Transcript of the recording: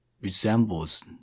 resembles